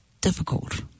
difficult